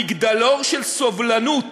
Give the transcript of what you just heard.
מגדלור של סובלנות,